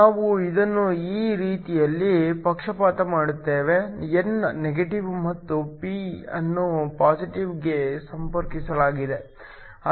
ನಾವು ಇದನ್ನು ಈ ರೀತಿಯಲ್ಲಿ ಪಕ್ಷಪಾತ ಮಾಡುತ್ತೇವೆ n ನೆಗೆಟಿವ್ ಮತ್ತು p ಅನ್ನು ಪಾಸಿಟಿವ್ ಗೆ ಸಂಪರ್ಕಿಸಲಾಗಿದೆ